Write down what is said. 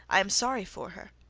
i am sorry for her.